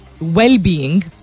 well-being